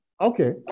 Okay